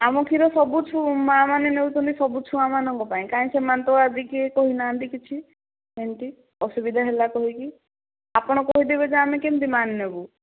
ଆମ କ୍ଷୀର ସବୁ ମାଆ ମାନେ ନେଉଛନ୍ତି ଛୁଆମାନଙ୍କ ପାଇଁ କାଇଁ ସେମାନେ ତ ଏବେ କିଏ କହୁନାହାନ୍ତି କିଛି ଏମିତି ଅସୁବିଧା ହେଲା କହିକି ଆପଣ କହିଦେବେ ଯେ ଆମେ କେମିତି ମାନିବୁ